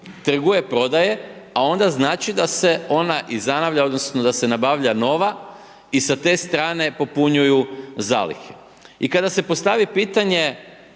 trguje, prodaje, a onda znači da se ona izanavlja odnosno da se nabavlja nova i sa te strane popunjuju zalihe. I kada se postavi pitanje